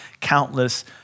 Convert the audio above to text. countless